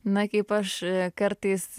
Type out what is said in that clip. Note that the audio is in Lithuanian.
na kaip aš kartais